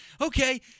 Okay